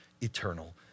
eternal